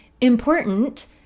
important